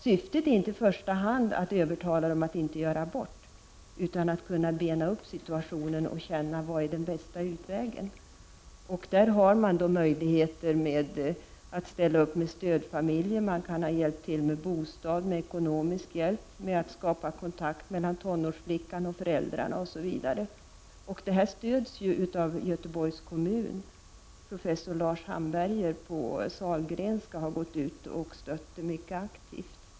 Syftet är inte i första hand att övertala dessa kvinnor till att inte göra abort, utan att bena upp situationen och försöka finna den bästa utvägen. Det finns möjligheter att ställa upp med stödfamiljer, hjälpa till med bostad och ekonomiskt stöd, skapa kontakt mellan tonårsflickan och föräldrarna osv. Detta arbete stöds av Göteborgs kommun. Professor Lars Hamberger på Sahlgrenska sjukhuset har stött arbetet mycket aktivt.